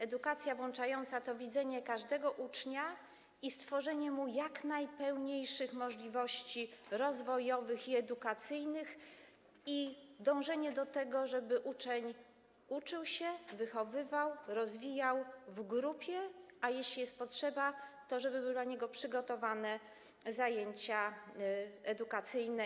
Edukacja włączająca to widzenie każdego ucznia i stworzenie mu jak najpełniejszych możliwości rozwojowych i edukacyjnych, dążenie do tego, żeby uczeń uczył się, wychowywał, rozwijał w grupie, a jeśli jest potrzeba, to żeby były dla niego przygotowane indywidualne zajęcia edukacyjne.